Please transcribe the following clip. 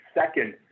second